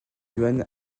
johan